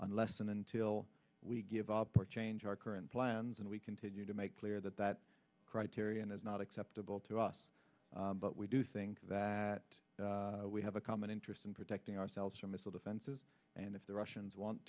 unless and until we give up our changing our current and and we continue to make clear that that criterion is not acceptable to us but we do think that we have a common interest in protecting ourselves from missile defenses and if the russians want